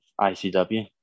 ICW